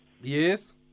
Yes